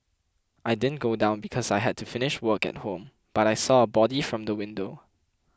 I didn't go down because I had to finish work at home but I saw a body from the window